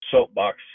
soapbox